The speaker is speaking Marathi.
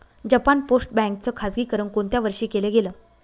जपान पोस्ट बँक च खाजगीकरण कोणत्या वर्षी केलं गेलं?